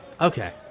Okay